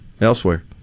elsewhere